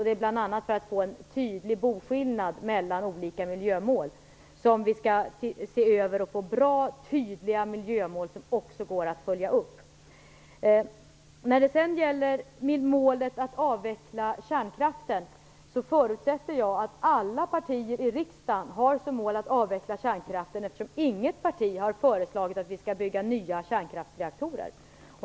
Det är bl.a. för att få en tydlig boskillnad mellan olika miljömål som vi skall se över detta och få bra, tydliga miljömål som också går att följa upp. Jag förutsätter att alla partier i riksdagen har som mål att avveckla kärnkraften, eftersom inget parti har föreslagit att vi skall bygga nya kärnkraftsreaktorer.